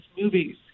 movies